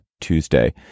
Tuesday